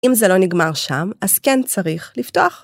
אם זה לא נגמר שם, אז כן צריך לפתוח.